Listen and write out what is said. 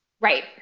right